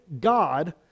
God